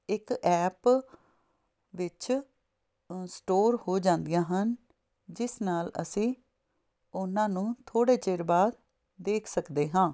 ਇੱਕ ਐਪ ਵਿੱਚ ਸਟੋਰ ਹੋ ਜਾਂਦੀਆਂ ਹਨ ਜਿਸ ਨਾਲ ਅਸੀਂ ਉਨ੍ਹਾਂ ਨੂੰ ਥੋੜ੍ਹੇ ਚਿਰ ਬਾਅਦ ਦੇਖ ਸਕਦੇ ਹਾਂ